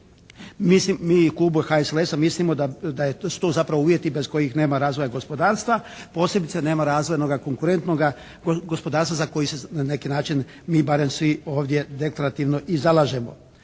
mi u Klubu HSLS-a mislimo da su to zapravo uvjeti bez kojih nema razvoja gospodarstva posebice nema razvoja onoga konkurentnoga gospodarstva za koji se na neki način mi barem svi ovdje deklarativno i zalažemo.